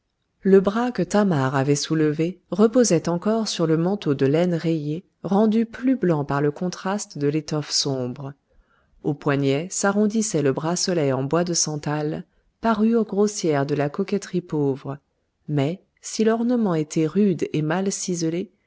le bras que thamar avait soulevé reposait encore sur le manteau de laine rayée rendu plus blanc par le contraste de l'étoffe sombre au poignet s'arrondissait le bracelet en bois de santal parure grossière de la coquetterie pauvre mais si l'ornement était rude et mal ciselé